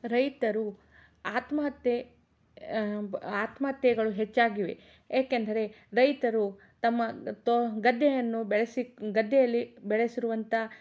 ರೈತರು ಆತ್ಮಹತ್ಯೆ ಆತ್ಮಹತ್ಯೆಗಳು ಹೆಚ್ಚಾಗಿವೆ ಏಕೆಂದರೆ ರೈತರು ತಮ್ಮ ತೊ ಗದ್ದೆಯನ್ನು ಬೆಳೆಸಿ ಗದ್ದೆಯಲ್ಲಿ ಬೆಳೆಸಿರುವಂತ